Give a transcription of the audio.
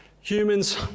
humans